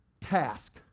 task